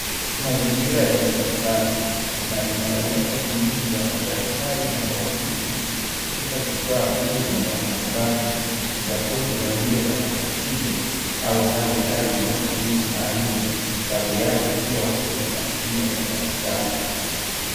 Mazingira ya hospitali na inaonyesha juhudi za madaktari na wauguzi katika kutoa huduma za matibabu kwa watoto walio na matatizo au wanaohitaji uangalizi maalum, Baadhi yao yakiwa kwenye mashine za matibabu.